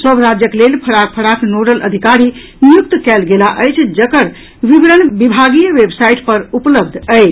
सभ राज्यक लेल फराक फराक नोडल अधिकारी नियुक्त कयल गेलाह अछि जकर विवरण विभागीय वेबसाईट पर उपलब्ध अछि